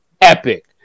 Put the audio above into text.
epic